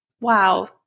wow